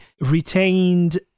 retained